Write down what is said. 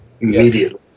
Immediately